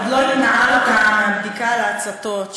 עוד לא התנערת מהבדיקה על ההצתות,